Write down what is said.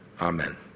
Amen